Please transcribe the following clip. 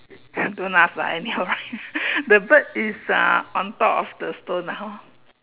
don't laugh lah anyhow rise the bird is uh on top of the stone lah hor